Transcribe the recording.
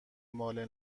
ماله